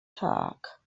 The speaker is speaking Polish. tak